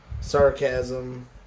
sarcasm